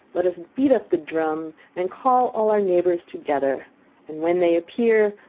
let us beat up the drum, and call all our neighbours together and when they appear,